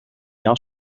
jahr